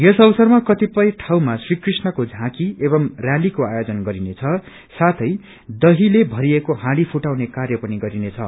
यस अवसरमा कतिपय इाउँमा श्री कृष्णको साँकी एवं रैलीको आयोजन गरिनेछ साथै दहीले भरिएको हाँड़ी फुटाउने कार्य पनि गरिनेछ